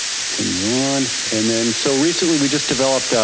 continue on. and then, so recently we just developed,